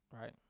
Right